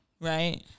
Right